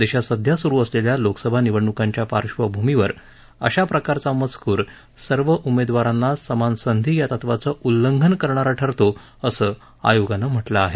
देशात सध्या सुरु असलेल्या लोकसभा निवडणुकांच्या पार्श्वभूमीवर अशा प्रकारचा मजकूर सर्व उमेदवारांना समान संधी या तत्वांचं उल्लंघन करणारा ठरतो असं आयोगानं म्हटलं आहे